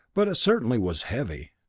but it certainly was heavy.